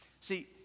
See